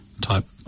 type